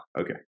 okay